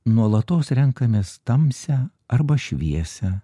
nuolatos renkamės tamsią arba šviesią